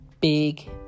Big